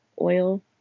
Oil